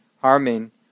harming